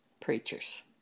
preachers